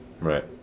Right